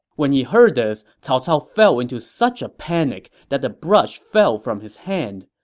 when he heard this, cao cao fell into such a panic that the brush fell from his hand.